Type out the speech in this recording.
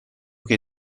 che